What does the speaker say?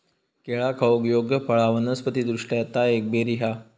केळा खाऊक योग्य फळ हा वनस्पति दृष्ट्या ता एक बेरी हा